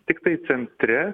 tiktai centre